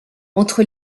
entre